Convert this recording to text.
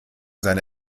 seine